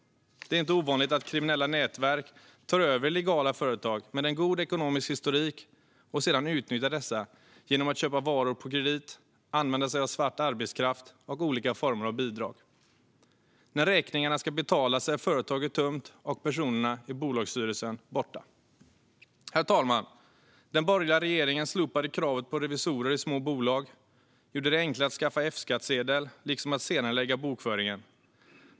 Det är inte ovanligt att kriminella nätverk tar över legala företag med god ekonomisk historik och sedan utnyttjar dessa genom att köpa varor på kredit och använda sig av svart arbetskraft och olika former av bidrag. När räkningarna ska betalas är företaget tömt och personerna i bolagsstyrelsen borta. Herr talman! Den borgerliga regeringen slopade kravet på revisorer i små bolag. Man gjorde det enklare att skaffa F-skattsedel liksom att senarelägga bokföringen.